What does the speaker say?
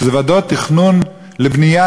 שזה ועדות תכנון ובנייה,